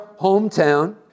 hometown